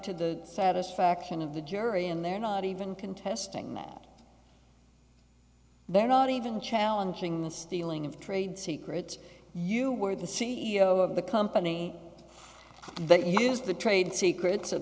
to the satisfaction of the jury and they're not even contesting that they're not even challenging the stealing of trade secrets you were the c e o of the company that used to trade secrets at